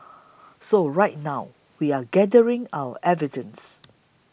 so right now we're gathering our evidence